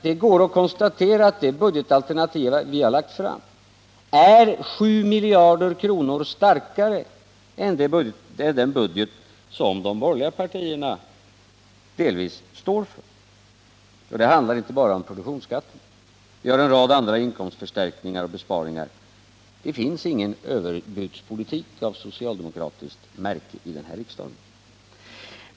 Det går att konstatera att det budgetalternativ som vi har lagt fram är 7 miljarder kronor starkare än den budget som de borgerliga partierna står för. Det handlar nämligen inte bara om produktionsskatten — vi har föreslagit en rad andra inkomstförstärkningar och besparingar. Det finns ingen överbudspolitik av socialdemokratiskt märke här i riksdagen.